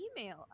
email